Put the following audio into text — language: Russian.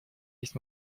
есть